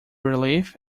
relief